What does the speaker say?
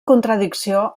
contradicció